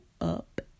up